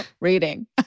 reading